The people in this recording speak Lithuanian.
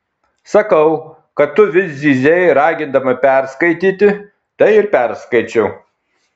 sakau kad tu vis zyzei ragindama perskaityti tai ir perskaičiau